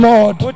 Lord